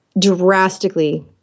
drastically